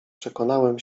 przekonałem